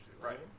Right